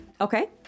Okay